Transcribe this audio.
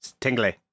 Tingly